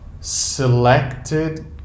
selected